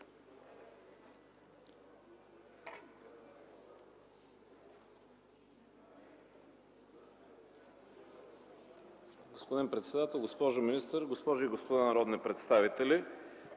Госпожо председател, госпожо министър, госпожи и господа народни представители!